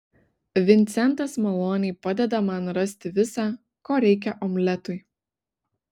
vincentas maloniai padeda man rasti visa ko reikia omletui